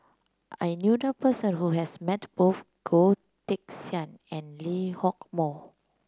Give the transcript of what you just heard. I knew a person who has met both Goh Teck Sian and Lee Hock Moh